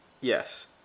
Yes